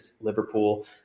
Liverpool